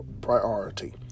priority